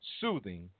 Soothing